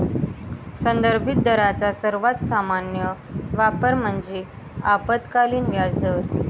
संदर्भित दरांचा सर्वात सामान्य वापर म्हणजे अल्पकालीन व्याजदर